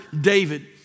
David